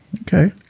Okay